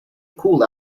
call